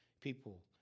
people